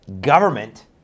government